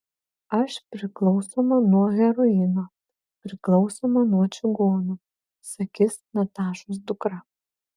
aš priklausoma nuo heroino priklausoma nuo čigonų sakys natašos dukra